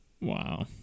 Wow